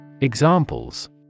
Examples